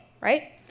right